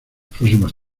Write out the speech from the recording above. próximas